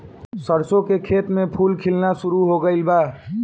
सरसों के खेत में फूल खिलना शुरू हो गइल बा